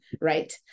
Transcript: Right